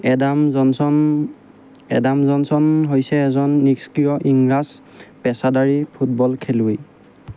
Adam Johnson Adam Johnson হৈছে এজন নিষ্ক্ৰিয় ইংৰাজ পেচাদাৰী ফুটবল খেলুৱৈ